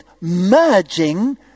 merging